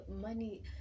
money